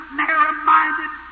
narrow-minded